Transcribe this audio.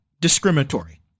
discriminatory